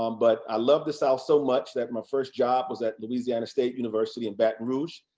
um but i loved the south so much that my first job was at louisiana state university in baton rouge.